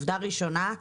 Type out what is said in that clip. עובדה ראשונה,